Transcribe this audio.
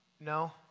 No